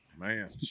man